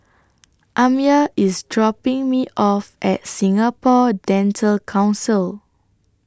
Amya IS dropping Me off At Singapore Dental Council